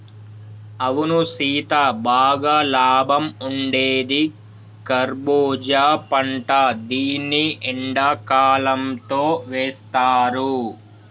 అవును సీత బాగా లాభం ఉండేది కర్బూజా పంట దీన్ని ఎండకాలంతో వేస్తారు